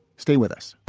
stay with us